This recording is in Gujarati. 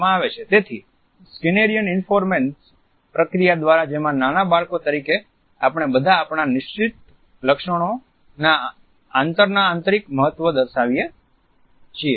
તેથી તે સ્કિનરીયન રીઈન્ફોસૅમેન્ટ પ્રક્રિયા દ્વારા જેમાં નાના બાળકો તરીકે આપણે બધા આપણા નિશ્ચિત લક્ષણોના અંતરના આંતરિક મહત્વ દર્શાવીએ છીએ